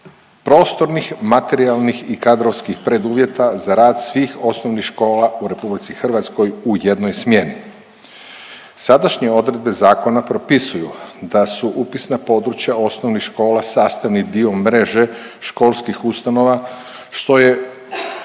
prostornih, materijalnih i kadrovskih preduvjeta za rad svih osnovnih škola u Republici Hrvatskoj u jednoj smjeni. Sadašnje odredbe zakona propisuju da su upisna područja osnovnih škola sastavni dio mreže školskih ustanova što je